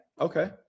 Okay